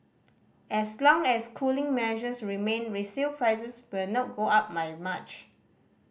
as long as cooling measures remain resale prices will not go up my much